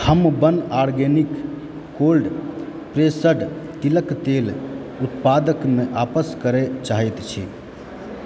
हम वन organic cold pressed तिलक तेल उत्पादकेँ आपस करै चाहैत छी